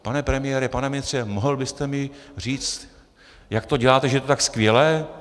Pane premiére, pane ministře, mohl byste mi říci, jak to děláte, že je to tak skvělé?